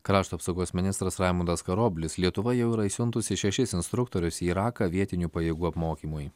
krašto apsaugos ministras raimundas karoblis lietuva jau yra išsiuntusi šešis instruktorius į iraką vietinių pajėgų apmokymui